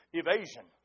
evasion